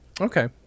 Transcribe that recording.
Okay